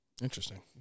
Interesting